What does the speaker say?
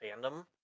fandom